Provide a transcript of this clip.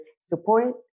support